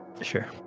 Sure